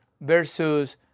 Versus